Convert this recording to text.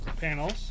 panels